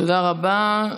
תודה רבה.